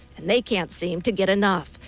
and they cannot seem to get enough.